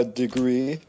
degree